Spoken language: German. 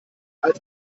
als